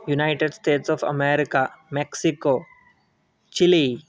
United States of America Mexico chilli